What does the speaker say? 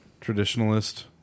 Traditionalist